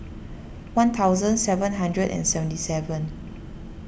one thousand seven hundred and seventy seven